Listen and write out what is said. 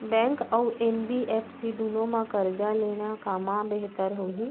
Bank अऊ NBFC दूनो मा करजा लेना कामा बेहतर होही?